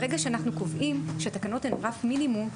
ברגע שאנחנו קובעים שהתקנות הן רף מינימום,